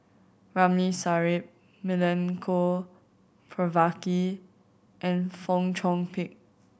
Ramli Sarip Milenko Prvacki and Fong Chong Pik